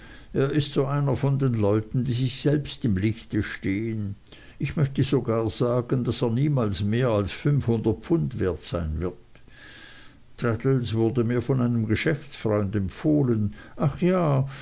er ist so einer von den leuten die sich selbst im licht stehen ich möchte sogar sagen daß er niemals mehr als fünfhundert pfund wert sein wird traddles wurde mir von einem geschäftsfreund empfohlen ach ja